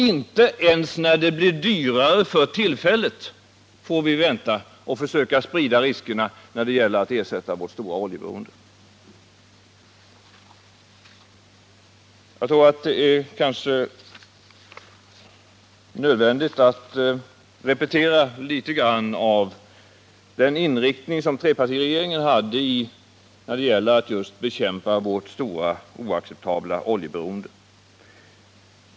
Inte ens när det blir dyrare för tillfället får vi vänta med att försöka sprida riskerna med vårt stora oljeberoende. Jag tror att det är nödvändigt att repetera vilken inriktning som trepartiregeringer hade för att bekämpa vårt oacceptabelt stora oljeberoende.